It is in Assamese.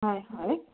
হয় হয়